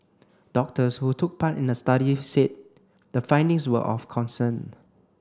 doctors who took part in the study said the findings were of concern